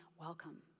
welcome